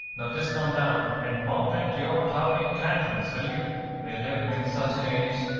now just calm down, and moderate your towering tantrums, will you? we live in such an age,